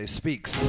speaks